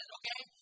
okay